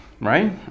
right